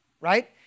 right